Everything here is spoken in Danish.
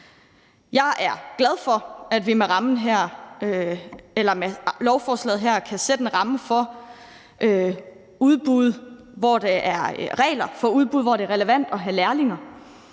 Jeg er glad for, at vi med lovforslaget her kan sætte en ramme for udbud, altså i forhold til reglerne for udbud, hvor det er relevant at have lærlinge.